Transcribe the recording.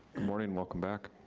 and morning, welcome back.